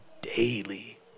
daily